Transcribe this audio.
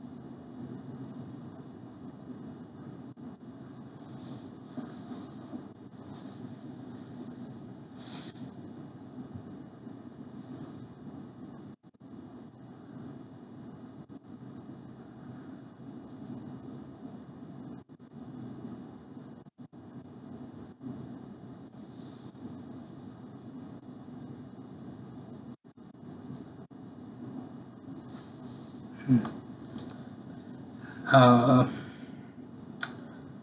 mm ah